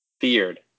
feared